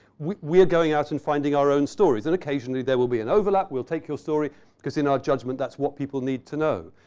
we're going out and finding our own stories. and occasionally, there will be an overlap. we'll take your story cause in our judgment, that's what people need to know.